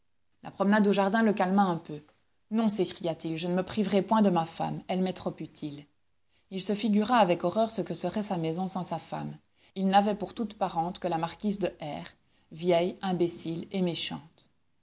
la promenade au jardin le calma un peu non s'écria-t-il je ne me priverai point de ma femme elle m'est trop utile il se figura avec horreur ce que serait sa maison sans sa femme il n'avait pour toute parente que la marquise de r vieille imbécile et méchante